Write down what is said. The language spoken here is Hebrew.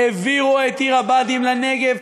העבירו את עיר-הבה"דים לנגב,